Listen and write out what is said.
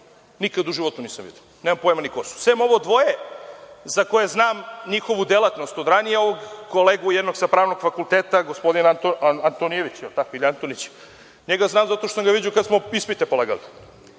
nikad u životu nisam video. Nemam pojma ni ko su, sem ovo dvoje za koje znam njihovu delatnost od ranije, ovog kolegu jednog sa Pravnog fakulteta, gospodina Antonijevića ili Antonića. Njega znam zato što sam ga viđao kad smo ispite polagali.